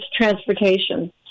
transportation